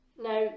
Now